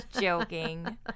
joking